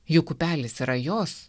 juk upelis yra jos